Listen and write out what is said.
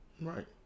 Right